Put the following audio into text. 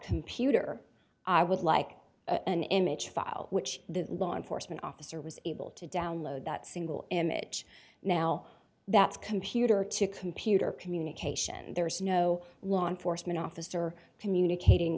computer i would like an image file which the law enforcement officer was able to download that single image now that's computer to computer communication there is no law enforcement officer communicating